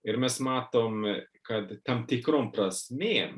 ir mes matom kad tam tikrom prasmėm